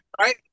right